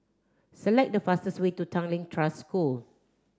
select the fastest way to Tangling Trust School